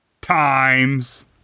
Times